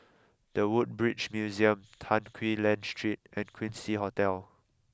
the Woodbridge Museum Tan Quee Lan Street and Quincy Hotel